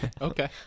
Okay